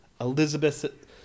Elizabeth